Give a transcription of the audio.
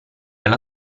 alla